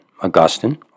Augustine